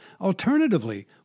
Alternatively